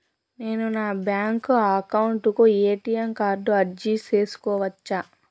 నేను నా bank account కు ఎ.టి.ఎం కార్డు అర్జీ సేసుకోవచ్చా?